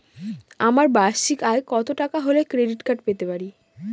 আমার বার্ষিক আয় কত টাকা হলে ক্রেডিট কার্ড পেতে পারি?